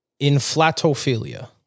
Inflatophilia